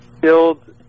build